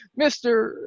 Mr